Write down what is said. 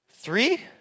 Three